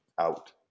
out